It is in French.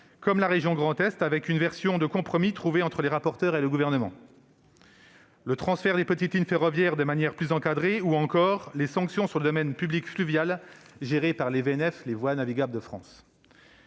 cas de la région Grand Est -, avec une version de compromis trouvée entre les rapporteurs et le Gouvernement, sur le transfert des petites lignes ferroviaires de manière plus encadrée ou encore sur les sanctions sur le domaine public fluvial géré par Voies navigables de France.